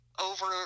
over